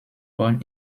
born